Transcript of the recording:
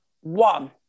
One